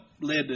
led